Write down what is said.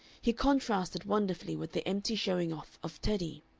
he contrasted wonderfully with the empty showing-off of teddy.